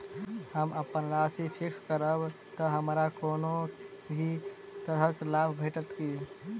हम अप्पन राशि फिक्स्ड करब तऽ हमरा कोनो भी तरहक लाभ भेटत की?